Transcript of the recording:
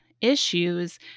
issues